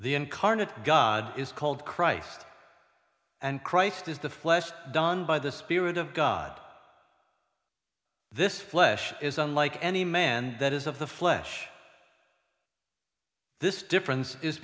the incarnate god is called christ and christ is the flesh done by the spirit of god this flesh is unlike any man that is of the flesh this difference is